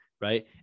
right